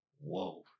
Whoa